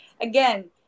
again